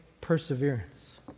perseverance